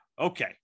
Okay